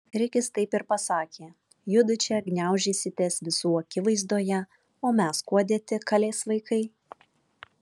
rikis taip ir pasakė judu čia gniaužysitės visų akivaizdoje o mes kuo dėti kalės vaikai